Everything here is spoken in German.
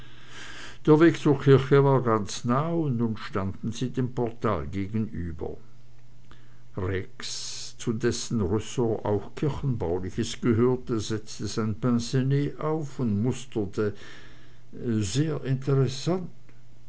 der weg bis zur kirche war ganz nah und nun standen sie dem portal gegenüber rex zu dessen ressort auch kirchenbauliches gehörte setzte sein pincenez auf und musterte sehr interessant